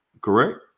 correct